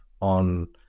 on